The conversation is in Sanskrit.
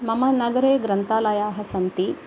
मम नगरे ग्रन्थालयाः सन्ति